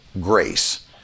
grace